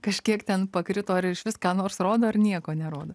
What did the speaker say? kažkiek ten pakrito ar išvis ką nors rodo ir nieko nerodo